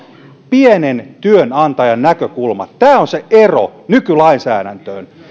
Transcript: pienen työnantajan näkökulma tämä on se ero nykylainsäädäntöön